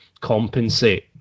compensate